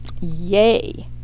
Yay